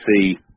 see